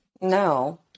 No